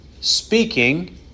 speaking